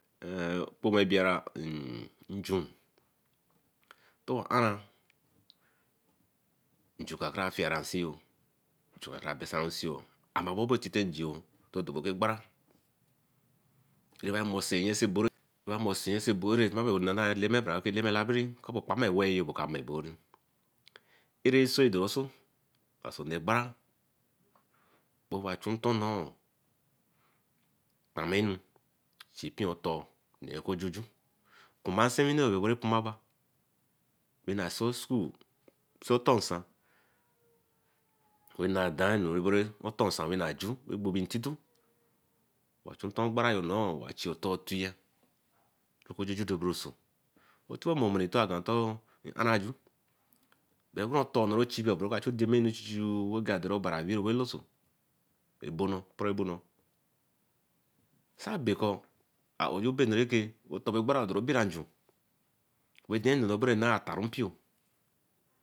Eh pomebiara nju toro ahran njuka-fiera nsiyo karabesio otedobeoku egbara iebamose nyese bore nana Eleme labiri ko okpama eweej yo ba oka mai ebori ede-esoe doeso osone egbara wey owa chu ntor noi name enu chipon otor kijuju kuma nsewine yo bey pun ma ba bena a sen a school se otor nsan weh nah dain anu otorn nsan inajugbo bebie intito orchun ntor chi otor tiye oko-jiji dor boroso otiwomotinwa ntor anaju ngere otor ra chin gbe oka chu demenu chuchueew agwan obari awiru loso ebono opere bono. Sabekor aowe bey kone oton bey bira nju wa dein bre enu okpronah ataru mpio